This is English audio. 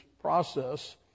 process